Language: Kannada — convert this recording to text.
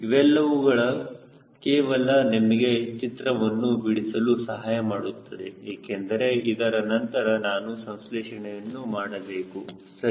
ಇವೆಲ್ಲವೂ ಕೇವಲ ನಿಮಗೆ ಚಿತ್ರವನ್ನು ಬಿಡಿಸಲು ಸಹಾಯಮಾಡುತ್ತದೆ ಏಕೆಂದರೆ ಇದರ ನಂತರ ನಾವು ಸಂಶ್ಲೇಷಣೆಯನ್ನು ಮಾಡಬೇಕು ಸರಿ